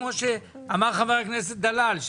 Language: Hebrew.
כפי שאמר חבר הכנסת דלל.